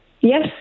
Yes